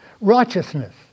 Righteousness